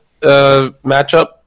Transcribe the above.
matchup